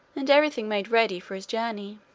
and everything made ready for his journey.